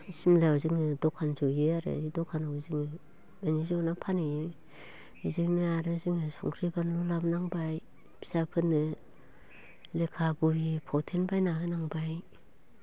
सिमलायाव जोङो दखान ज'यो आरो दखानाव जोङो बिनि ज'ना फानहैयो बेजोंनो आरो जोङो संख्रि बानलु लाबोनांबाय फिसाफोरनो लेखा बहि फावथेन बायना होनांबाय